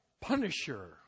Punisher